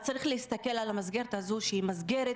אז צריך להסתכל על המסגרת הזו שהיא מסגרת